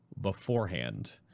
beforehand